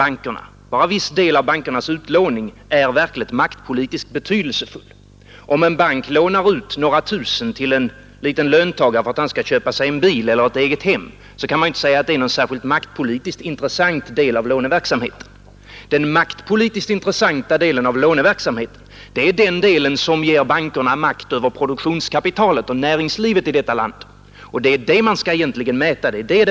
Bara en viss del av bankernas utlåning är ju verkligt maktpolitiskt betydelsefull. Om en bank lånar ut några tusen kronor till en liten löntagare för att han skall köpa sig egen bil eller ett egnahem, kan man inte säga att det är någon särskilt maktpolitiskt intressant del av låneverksamheten. Den maktpolitiskt intressanta delen av låneverksamheten är den del som ger bankerna makt över produktionskapitalet och näringslivet i detta land. Det är den man egentligen skall mäta.